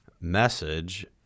message